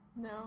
No